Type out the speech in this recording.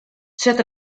set